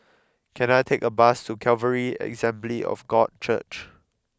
can I take a bus to Calvary Assembly of God Church